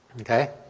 okay